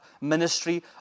ministry